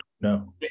No